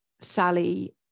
Sally